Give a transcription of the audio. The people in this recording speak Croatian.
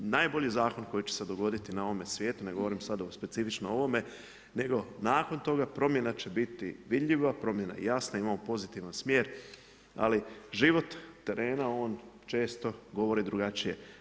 Najbolji zakon koji će se dogoditi na ovome svijetu, ne govorim sada specifično o ovome, nego nakon toga promjena će biti vidljiva, promjena je jasna, imamo pozitivan smjer, ali život terena, on često govori drugačije.